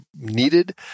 needed